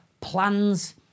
plans